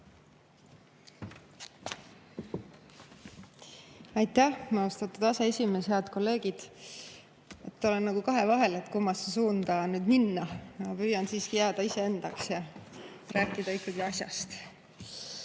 Aitäh, austatud aseesimees! Head kolleegid! Olen nagu kahevahel, kumba suunda nüüd minna. Ma püüan siiski jääda iseendaks ja rääkida ikkagi asjast.